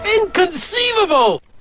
inconceivable